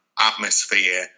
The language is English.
atmosphere